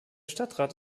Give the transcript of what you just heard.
stadtrat